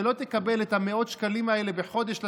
שלא תקבל את המאות שקלים האלה בחודש לסבסוד,